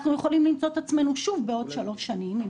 אנחנו יכולים למצוא את עצמנו שוב בעוד שלוש שנים עם